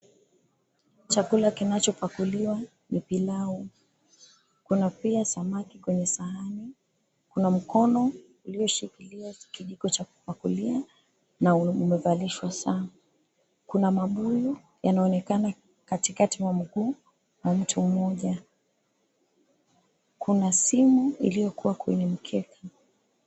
Chakula kinachopakuliwa ni pilau kuna pia samaki kwenye sahani, kuna mkono uliyoshikilia kijiko cha kupakulia na umevalishwa saa, kuna mabuyu yanaonekana katikati ya mguu mwa mtu mmoja, kuna simu iliyo kwenye mkeka.